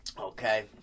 Okay